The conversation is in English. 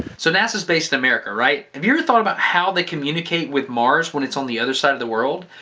so nasa's based in america right? have you ever thought about how they communicate with mars when it's on the other side of the world?